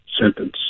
sentence